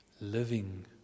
living